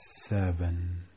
seven